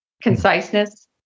conciseness